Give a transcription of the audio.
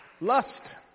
Lust